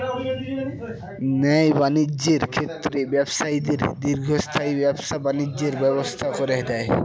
ন্যায় বাণিজ্যের ক্ষেত্রে ব্যবসায়ীদের দীর্ঘস্থায়ী ব্যবসা বাণিজ্যের ব্যবস্থা করে দেয়